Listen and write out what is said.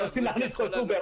ורוצים להכניס את "אובר".